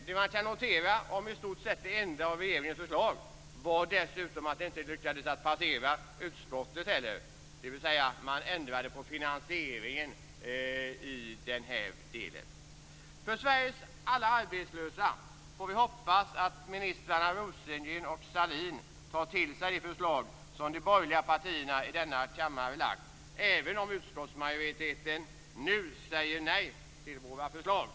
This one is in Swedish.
Det man kan notera om i stort sett det enda av regeringens förslag är dessutom att det inte heller lyckades passera utskottet, dvs. att man ändrade på finansieringen i den här delen. För Sveriges alla arbetslösa får vi hoppas att ministrarna Rosengren och Sahlin tar till sig de förslag som de borgerliga partierna i denna kammare lagt, även om utskottsmajoriteten nu säger nej till våra förslag.